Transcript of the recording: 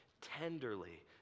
tenderly